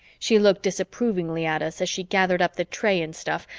she looked disapprovingly at us as she gathered up the tray and stuff,